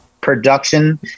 production